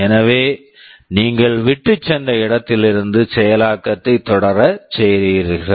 எனவே நீங்கள் விட்டுச் சென்ற இடத்திலிருந்து செயலாக்கத்தை தொடர செய்கிறீர்கள்